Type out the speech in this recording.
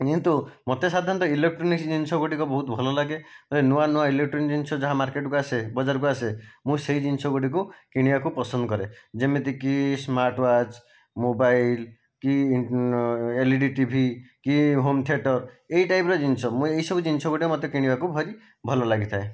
କିନ୍ତୁ ମୋତେ ସାଧାରଣତଃ ଇଲୋଟ୍ରୋନିକ୍ସ ଜିନିଷ ଗୁଡ଼ିକ ବହୁତ ଭଲ ଲାଗେ ନୂଆ ନୂଆ ଇଲୋଟ୍ରୋନିକ୍ସ ଜିନିଷ ଯାହା ମାର୍କେଟକୁ ଆସେ ବଜାରକୁ ଆସେ ମୁଁ ସେହି ଜିନିଷ ଗୁଡ଼ିକୁ କିଣିବାକୁ ପସନ୍ଦ କରେ ଯେମିତି କି ସ୍ମାର୍ଟ ୱାଚ୍ ମୋବାଇଲ କି ଏଲ୍ଇଡ଼ି ଟିଭି କି ହୋମ୍ ଥିଏଟର୍ ଏଇ ଟାଇପ୍ର ଜିନିଷ ମୁଁ ଏହିସବୁ ଜିନିଷ ଗୁଡ଼ିକ ମୋତେ କିଣିବାକୁ ଭାରି ଭଲ ଲାଗିଥାଏ